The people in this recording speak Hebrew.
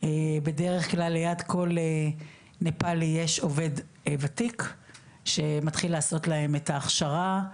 בדרך כלל ליד כל נפאלי יש עובד ותיק שמתחיל לעשות להם את ההכשרה,